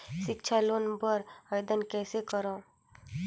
सिक्छा लोन बर आवेदन कइसे करव?